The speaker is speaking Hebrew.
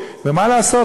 ומה לעשות,